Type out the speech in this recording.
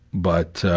but ah,